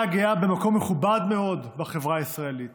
הגאה במקום מכובד מאוד בחברה הישראלית.